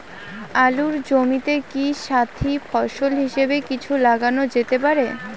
আলুর জমিতে কি সাথি ফসল হিসাবে কিছু লাগানো যেতে পারে?